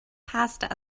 passed